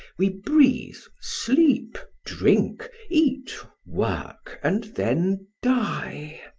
we breathe, sleep, drink, eat, work, and then die!